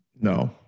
No